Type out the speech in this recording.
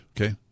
okay